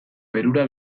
perura